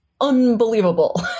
unbelievable